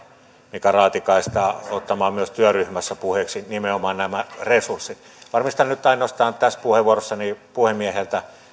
mika raatikaista ottamaan myös työryhmässä puheeksi nimenomaan nämä resurssit varmistan nyt ainoastaan tässä puheenvuorossani puhemieheltä